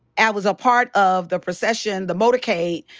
i was a part of the procession, the motorcade,